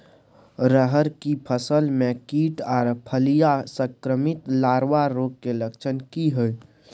रहर की फसल मे कीट आर फलियां संक्रमित लार्वा रोग के लक्षण की हय?